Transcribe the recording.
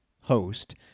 host